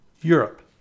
Europe